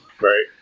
Right